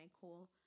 cool